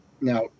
Now